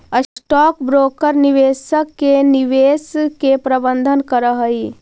stock broker निवेशक के निवेश के प्रबंधन करऽ हई